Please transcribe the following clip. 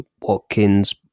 Watkins